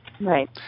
Right